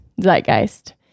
Zeitgeist